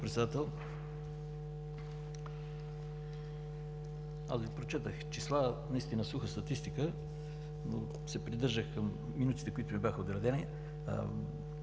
Аз Ви прочетох числа, наистина – суха статистика, но се придържах към минутите, които ми бяха отредени.